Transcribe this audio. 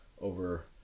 over